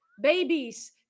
babies